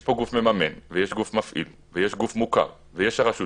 יש פה גוף מממן ויש גוף מפעיל ויש גוף מוכר ויש הרשות